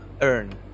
earn